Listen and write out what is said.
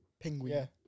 Penguin